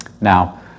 now